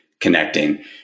connecting